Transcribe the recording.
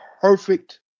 perfect